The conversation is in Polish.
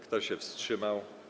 Kto się wstrzymał?